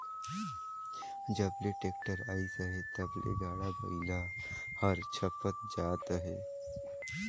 जब ले टेक्टर अइस अहे तब ले गाड़ा बइला हर छपत जात अहे